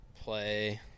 play